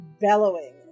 bellowing